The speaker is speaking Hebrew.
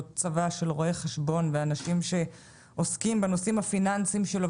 צבא של רואי חשבון ואנשים שעוסקים בנושאים הפיננסיים שלו.